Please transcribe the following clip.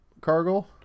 Cargill